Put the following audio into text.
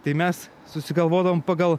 tai mes susigalvodavom pagal